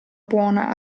buona